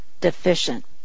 deficient